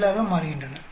7 ஆக மாறுகின்றன